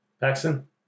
Paxton